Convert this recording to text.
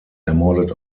ermordet